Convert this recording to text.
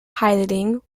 piloting